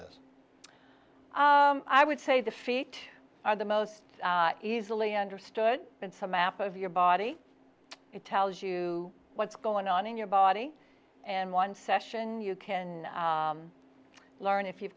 this i would say the feet are the most easily understood but some map of your body it tells you what's going on in your body and one session you can learn if you've